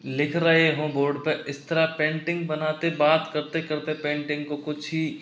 लिख रहे हों बोर्ड पर इस तरह पेंटिंग बनाते बात करते करते पेंटिंग को कुछ ही